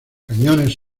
cañones